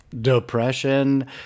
depression